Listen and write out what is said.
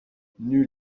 nul